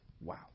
Wow